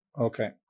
okay